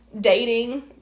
Dating